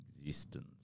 existence